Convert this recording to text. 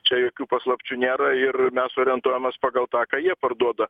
čia jokių paslapčių nėra ir mes orientuojamės pagal tą ką jie parduoda